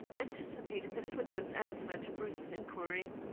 anticipated the footman's answer to bruce's inquiry.